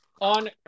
on